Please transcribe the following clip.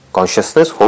Consciousness